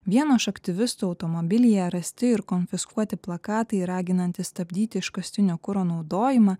vieno iš aktyvistų automobilyje rasti ir konfiskuoti plakatai raginantys stabdyti iškastinio kuro naudojimą